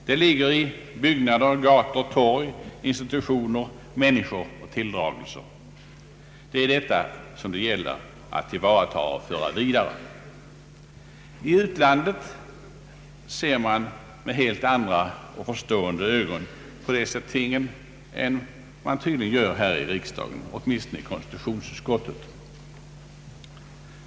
Den ligger i byggnader, gator och torg, i institutioner och människor och tilldragelser. Det är detta som det gäller att tillvarata och föra vidare. I utlandet ser man med helt andra och mer förstående ögon på dessa ting än man gör i riksdagen, åtminstone i konstitutionsutskottet.